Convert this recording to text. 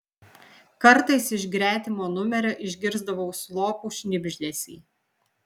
kartais iš gretimo numerio išgirsdavau slopų šnibždesį